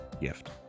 gift